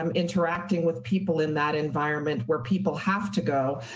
um interacting with people in that environment where people have to go.